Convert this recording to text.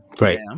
right